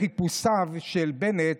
בחיפושיו של בנט